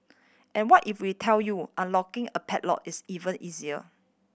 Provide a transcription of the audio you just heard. and what if we tell you unlocking a padlock is even easier